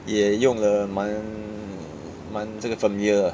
也用了满满这个 familiar 的